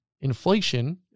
inflation